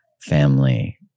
family